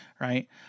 Right